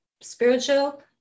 Spiritual